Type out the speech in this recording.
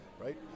Right